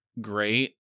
great